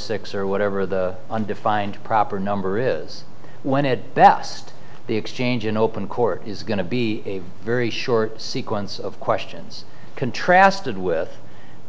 six or whatever the undefined proper number is when it best the exchange in open court is going to be a very short sequence of questions contrasted with